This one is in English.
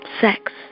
sex